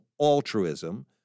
altruism